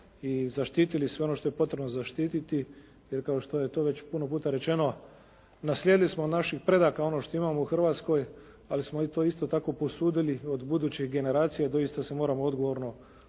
i zaštitili sve ono što je potrebno zaštititi jer kao što je to već puno puta rečeno naslijedili smo od naših predaka ono što imamo u hrvatskoj ali smo to isto tako posudili od budućih generacija i doista se moramo odgovorno ponašati